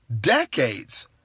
decades